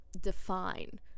define